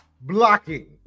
blocking